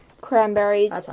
cranberries